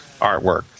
artwork